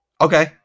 okay